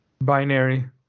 binary